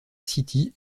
city